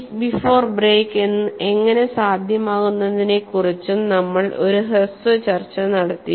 leak before break എങ്ങനെ സാധ്യമാകുമെന്നതിനെക്കുറിച്ചും നമ്മൾ ഒരു ഹ്രസ്വ ചർച്ച നടത്തി